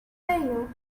jail